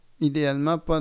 idéalement